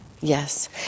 Yes